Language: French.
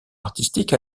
artistique